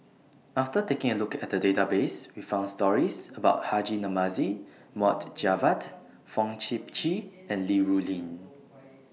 after taking A Look At The Database We found stories about Haji Namazie Mohd Javad Fong Sip Chee and Li Rulin